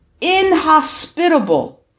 inhospitable